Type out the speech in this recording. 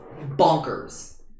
bonkers